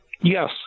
Yes